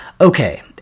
Okay